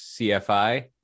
CFI